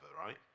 right